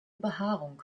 behaarung